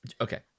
Okay